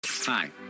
Hi